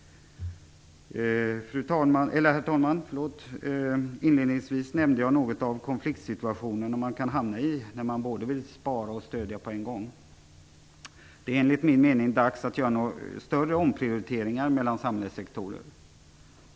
Herr talman! Inledningsvis nämnde jag något om den konfliktsituation som man kan hamna i när man både vill spara och stödja på en gång. Det är enligt min mening dags att göra några större omprioriteringar mellan samhällets sektorer.